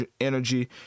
energy